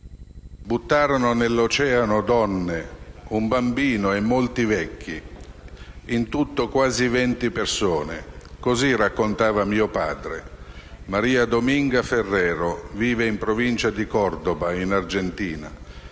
"Buttarono nell'Oceano donne, un bambino e molti vecchi, in tutto quasi venti persone. Così raccontava mio padre". Maria Dominga Ferrero vive in provincia di Cordoba, in Argentina,